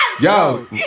Yo